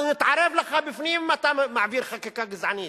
אנחנו נתערב לך בפנים אם אתה מעביר חקיקה גזענית.